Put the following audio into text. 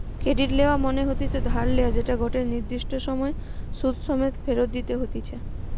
credit লেওয়া মনে হতিছে ধার লেয়া যেটা গটে নির্দিষ্ট সময় সুধ সমেত ফেরত দিতে হতিছে